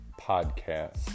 Podcast